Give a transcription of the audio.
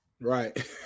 Right